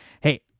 hey